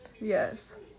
Yes